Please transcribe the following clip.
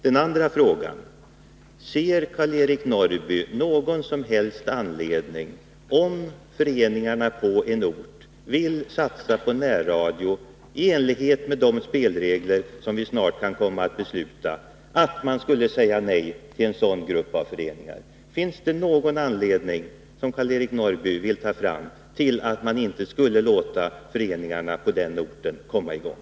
Den andra frågan lyder: Om föreningarna på en ort vill satsa på närradioverksamhet i enlighet med de spelregler som vi snart kan komma att fatta beslut om, ser Karl-Eric Norrby då någon som helst anledning till att man skulle säga nej till en sådan grupp av föreningar? Finns det någon anledning som Karl-Eric Norrby vill ta fram till att man inte skulle låta föreningarna på den orten komma i gång?